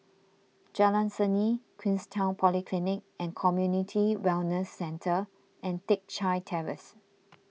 Jalan Seni Queenstown Polyclinic and Community Wellness Centre and Teck Chye Terrace